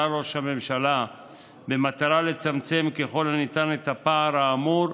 ראש הממשלה במטרה לצמצם ככל הניתן את הפער האמור,